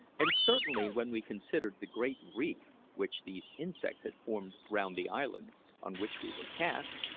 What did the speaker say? and certainly, when we considered the great reef which these insects had formed round the island on which we were cast,